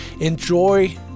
enjoy